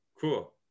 cool